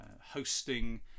hosting